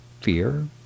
fear